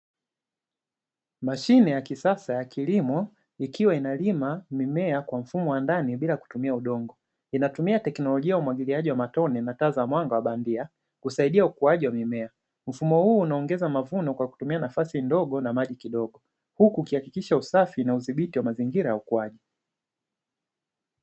Mashine ya kisasa ya kilimo ikiwa inalima mimea kwa mfumo wa ndani bila kutumia udongo. Inatumika teknolojia ya umwagiliaji wa matone na taa za mwanga za bandia, kusaidia ukuaji wa mimea. Mfumo huu unaongeza mavuno kwa kutumia nafasi ndogo na maji kidogo, huku ukihakikisha usafi na udhibiti wa mazingira ya ukuaji.